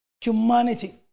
humanity